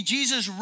Jesus